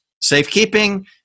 Safekeeping